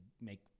make